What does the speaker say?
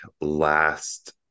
last